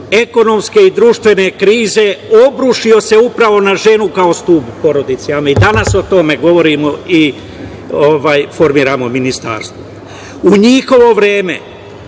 ekonomske i društvene krize obrušio se upravo na ženu kao stub porodice, a mi danas o tome govorimo i formiramo ministarstvo.U njihovo vreme